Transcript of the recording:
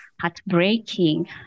heartbreaking